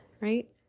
right